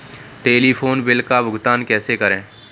Telephone bill का भुगतान कैसे करें?